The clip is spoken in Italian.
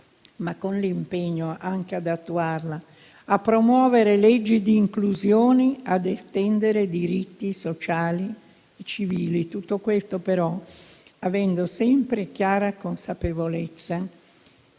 ma con l'impegno anche ad attuarla, a promuovere leggi di inclusione, ad estendere diritti sociali e civili. Tutto questo, però, avendo sempre chiara consapevolezza,